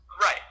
Right